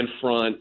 front